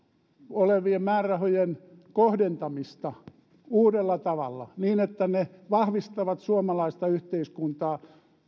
olevien määrärahojen kohdentamista uudella tavalla niin että ne vahvistavat suomalaista yhteiskuntaa